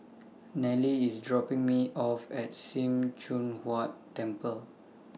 Nelly IS dropping Me off At SIM Choon Huat Temple